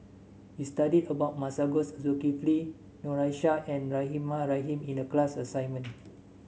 we studied about Masagos Zulkifli Noor Aishah and Rahimah Rahim in the class assignment